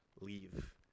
leave